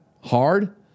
hard